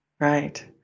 Right